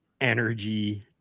Energy